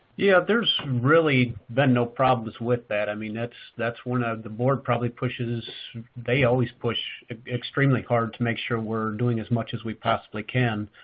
yeah, there's really been no problems with that. i mean, that's that's one the board probably pushes they always push extremely hard to make sure we're doing as much as we possibly can,